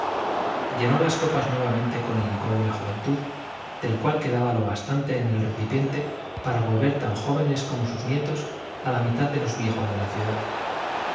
llenó las copas nuevamente con el licor de la juventud del cual quedaba lo bastante en el recipiente para volver tan jóvenes como sus nietos a la mitad de los viejos de la ciudad